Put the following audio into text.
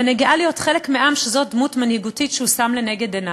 אני גאה להיות חלק מעם שזאת דמות מנהיגותית שהוא שם לנגד עיניו,